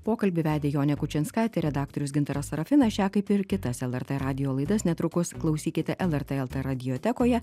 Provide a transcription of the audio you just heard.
pokalbį vedė jonė kučinskaitė redaktorius gintaras sarafinas šią kaip ir kitas lrt radijo laidas netrukus klausykite lrt lt radiotekoje